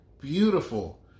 Beautiful